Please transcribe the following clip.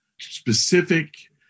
specific